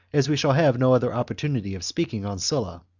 as we shall have no other oppor tunity of speaking on sulla,